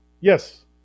Yes